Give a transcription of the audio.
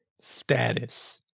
status